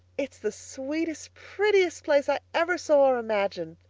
it's the sweetest, prettiest place i ever saw or imagined,